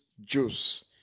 juice